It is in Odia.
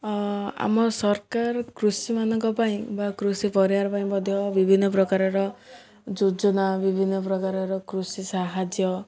ଆମ ସରକାର କୃଷିମାନଙ୍କ ପାଇଁ ବା କୃଷି ପରିବାର ପାଇଁ ମଧ୍ୟ ବିଭିନ୍ନ ପ୍ରକାରର ଯୋଜନା ବିଭିନ୍ନ ପ୍ରକାରର କୃଷି ସାହାଯ୍ୟ